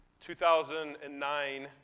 2009